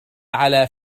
على